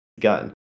gun